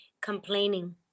complaining